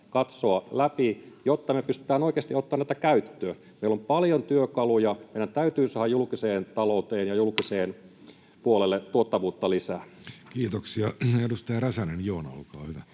katsoa läpi, jotta me pystytään oikeasti ottamaan näitä käyttöön. Meillä on paljon työkaluja, ja meidän täytyy saada julkiseen talouteen ja julkiselle puolelle tuottavuutta lisää. Kiitoksia. — Edustaja Joona Räsänen, olkaa hyvä.